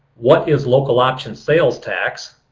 what is local option sales tax?